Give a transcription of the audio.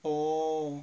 oo